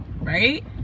right